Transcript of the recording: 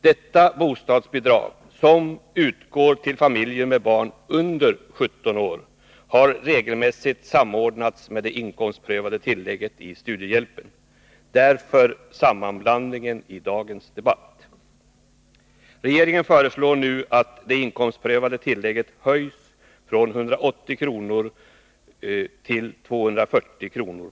Detta bostadsbidrag, som utgår till familjer med barn under 17 år, har regelmässigt samordnats med det inkomstprövade tillägget i studiehjälpen. Därför har det blivit en sammanblandning i dagens debatt. Regeringen föreslår nu att det inkomstprövade tillägget höjs från 180 kr. till 240 kr.